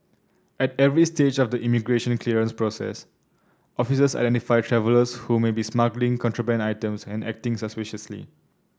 at every stage of the immigration clearance process officers identify travellers who may be smuggling contraband items and acting suspiciously